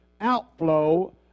outflow